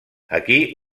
aquí